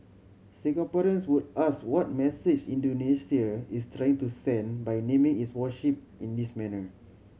Singaporeans would ask what message Indonesia is trying to send by naming its warship in this manner